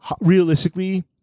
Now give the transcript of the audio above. Realistically